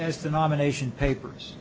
as the nomination papers